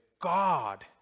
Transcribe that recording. God